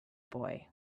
boy